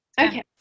okay